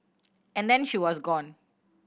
and then she was gone